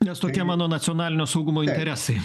nes tokie mano nacionalinio saugumo interesai